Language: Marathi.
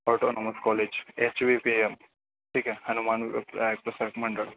autonomous college H V P M ठीक आहे हनुमान व्यायाम प्रसारक मंडळ